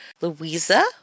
Louisa